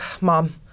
mom